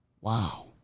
wow